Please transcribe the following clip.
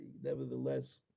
nevertheless